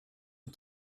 ont